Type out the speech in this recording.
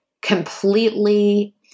completely